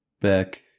back